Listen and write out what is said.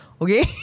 Okay